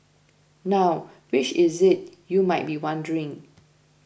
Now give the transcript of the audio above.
now which is it you might be wondering